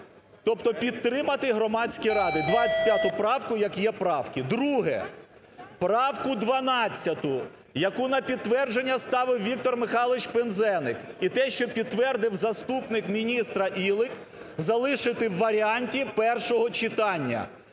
Тобто підтримати громадські ради. 25 правку, як є правки. Друге. Правку 12-у, яку на підтвердження ставив Віктор Михайлович Пинзеник, і те, що підтвердив заступник міністра Ілик, залишити в варіанті першого читання.